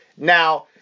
Now